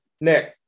Nick